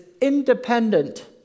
independent